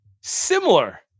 Similar